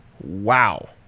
Wow